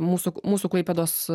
mūsų mūsų klaipėdos